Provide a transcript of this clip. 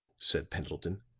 said pendleton.